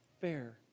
fair